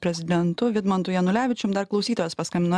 prezidentu vidmantu janulevičium dar klausytojas paskambino